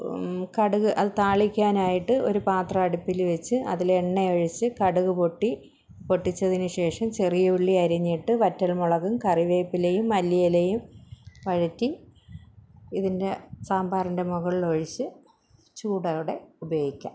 കടുക് അത് താളിക്കാനായിട്ട് ഒരു പാത്രം അടുപ്പിൽ വെച്ച് അതില് എണ്ണയൊഴിച്ച് കടുക് പൊട്ടി പൊട്ടിച്ചതിന് ശേഷം ചെറിയ ഉള്ളി അരിഞ്ഞിട്ട് വറ്റൽമുളകും കറിവേപ്പിലയും മല്ലിയിലയും വഴറ്റി ഇതിൻ്റെ സാമ്പാറിൻ്റെ മുകളിലൊഴിച്ച് ചൂടോടെ ഉപയോഗിക്കാം